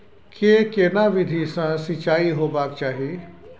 के केना विधी सॅ सिंचाई होबाक चाही?